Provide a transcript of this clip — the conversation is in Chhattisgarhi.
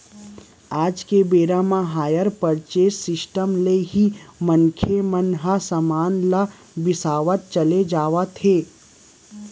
आज के बेरा म हायर परचेंस सिस्टम ले ही मनखे मन ह समान मन ल बिसावत चले जावत हे